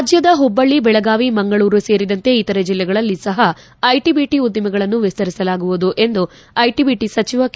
ರಾಜ್ಞದ ಹುಬ್ಬಳ್ಳಿ ಬೆಳಗಾವಿ ಮಂಗಳೂರು ಸೇರಿದಂತೆ ಇತರೆ ಜಿಲ್ಲೆಗಳಲ್ಲಿ ಸಹ ಐಟಿ ಬಿಟಿ ಉದ್ದಿಮೆಗಳನ್ನು ವಿಸ್ತರಿಸಲಾಗುವುದು ಎಂದು ಐಟಿ ಬಿಟಿ ಸಚಿವ ಕೆ